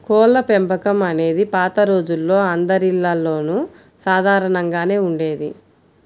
కోళ్ళపెంపకం అనేది పాత రోజుల్లో అందరిల్లల్లోనూ సాధారణంగానే ఉండేది